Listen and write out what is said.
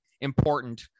important